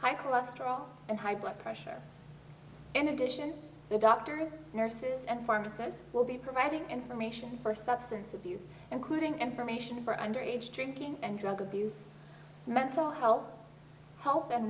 high cholesterol and high blood pressure in addition to doctors nurses and pharmacists will be providing information for substance abuse including information for underage drinking and drug abuse mental help help and